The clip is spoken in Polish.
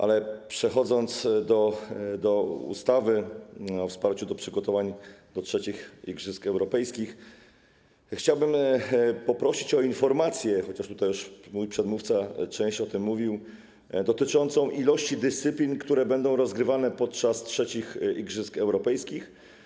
Ale przechodząc do ustawy o wsparciu do przygotowań do III Igrzysk Europejskich, chciałbym poprosić o informację - chociaż tutaj już mój przedmówca w części o tym mówił - dotyczącą ilości dyscyplin, które będą rozgrywane podczas III Igrzysk Europejskich.